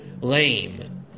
lame